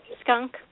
skunk